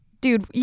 Dude